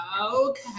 Okay